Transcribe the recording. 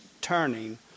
turning